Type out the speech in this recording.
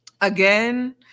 again